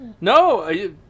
No